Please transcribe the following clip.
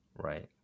right